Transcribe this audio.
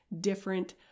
different